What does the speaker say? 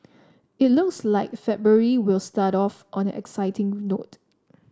it looks like February will start off on an exciting note